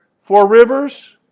four rivers?